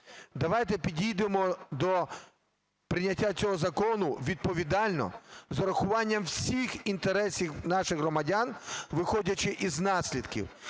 давайте підійдемо до прийняття цього закону відповідально, з урахуванням усіх інтересів наших громадян, виходячи із наслідків.